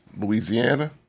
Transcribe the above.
louisiana